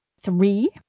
three